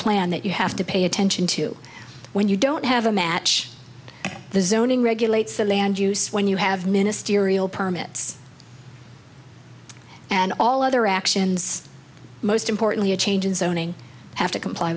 plan that you have to pay attention to when you don't have a match the zoning regulates the land use when you have ministerial permits and all other actions most importantly a change in zoning have to comply